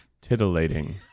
titillating